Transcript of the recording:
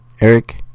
Eric